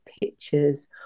pictures